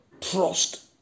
Trust